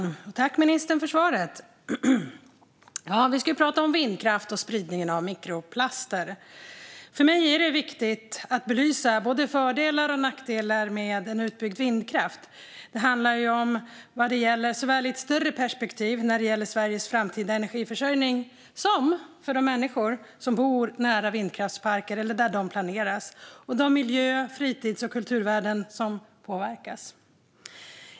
Fru talman! Tack, ministern, för svaret! Ja, vi ska prata om vindkraft och spridningen av mikroplaster. För mig är det viktigt att belysa både fördelar och nackdelar med en utbyggd vindkraft. Det handlar i ett större perspektiv om såväl Sveriges framtid och energiförsörjning som om de människor som bor nära vindkraftsparker, eller där de planeras, och om de miljö-, fritids och kulturvärden som påverkas.